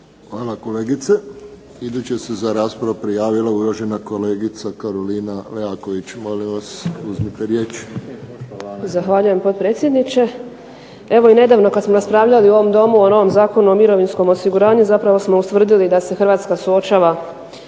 Hvala kolegice. Iduća se za raspravu prijavila uvažena kolegica Karolina Leaković. Molim vas uzmite riječ. **Leaković, Karolina (SDP)** Zahvaljujem potpredsjedniče. Evo i nedavno kad smo raspravljali u ovom Domu o novom Zakonu o mirovinskom osiguranju, zapravo smo ustvrdili da se Hrvatska suočava